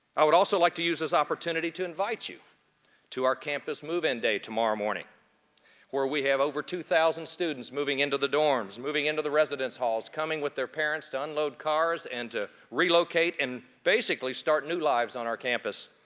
i would also like to use this opportunity to invite you to our campus move-in day tomorrow morning where we have over two thousand students moving into the dorms, moving into the residence halls, coming with their parents to unload cars and to relocate and basically start new lives on our campus.